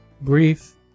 brief